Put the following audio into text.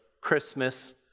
Christmas